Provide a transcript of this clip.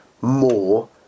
more